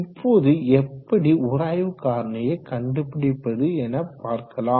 இப்போது எப்படி உராய்வு காரணியை கண்டுபிடிப்பது எனப்பார்க்கலாம்